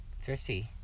thrifty